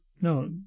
No